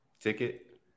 ticket